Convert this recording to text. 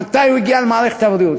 מתי הוא הגיע למערכת הבריאות,